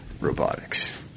robotics